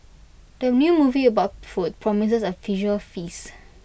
the new movie about food promises A visual feast